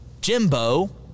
Jimbo